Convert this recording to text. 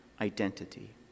identity